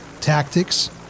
tactics